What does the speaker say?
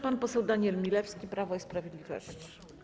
Pan poseł Daniel Milewski, Prawo i Sprawiedliwość.